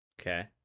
Okay